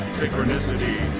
synchronicity